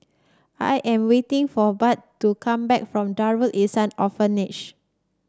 I am waiting for Budd to come back from Darul Ihsan Orphanage